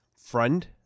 friend